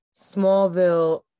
Smallville